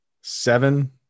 Seven